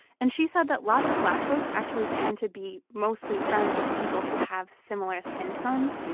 and she said that lots of black folks actually tend to be mostly friends with people who have similar skin tones,